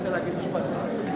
אני רוצה להגיד משפט אחד.